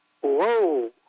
Whoa